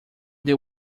they